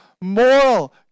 moral